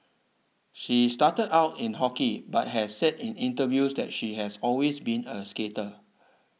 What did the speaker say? she started out in hockey but has said in interviews that she has always been a skater